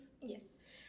Yes